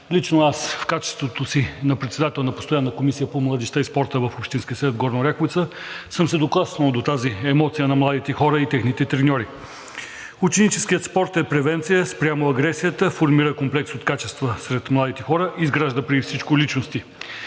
Лично аз в качеството си на председател на Постоянната комисия по младежта и спорта в Общинския съвет – Горна Оряховица, съм се докоснал до тази емоция на младите хора и техните треньори. Ученическият спорт е превенция спрямо агресията, формира комплекс от качества сред младите хора, изгражда преди всичко личности.